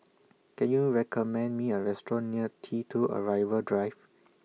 Can YOU recommend Me A Restaurant near T two Arrival Drive